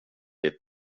ditt